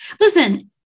Listen